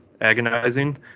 Agonizing